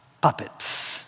Puppets